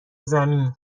زمین